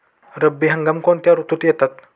रब्बी हंगाम कोणत्या ऋतूत येतात?